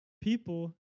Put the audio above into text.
people